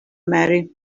marry